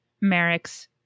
Merrick's